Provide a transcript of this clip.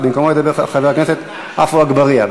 במקומו ידבר חבר הכנסת עפו אגבאריה,